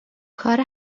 کار